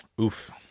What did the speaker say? oof